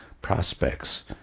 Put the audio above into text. prospects